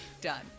Done